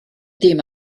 dim